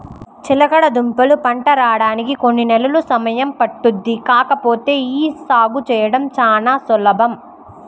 చిలకడదుంపల పంట రాడానికి కొన్ని నెలలు సమయం పట్టుద్ది కాకపోతే యీ సాగు చేయడం చానా సులభం